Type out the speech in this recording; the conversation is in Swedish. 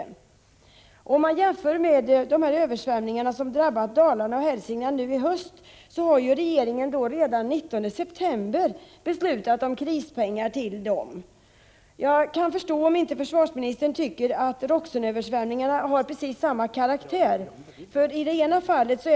Om man jämför detta med vad som skett med anledning av de översvämningar som drabbat Dalarna och Hälsingland denna höst, finner man att regeringen redan den 19 september beslutat att bevilja katastrofmedel till dem. Jag kan förstå om försvarsministern tycker att Roxenöversvämningarna inte har exakt samma karaktär som de nyligen inträffade.